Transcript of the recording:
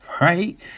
right